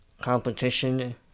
competition